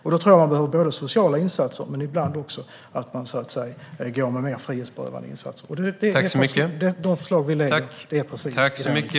Då tror jag att man behöver sociala insatser men ibland också frihetsberövande insatser. De förslag vi lägger fram handlar precis om det.